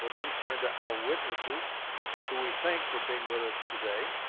we'll then turn to our witnesses who we thank for being with us today.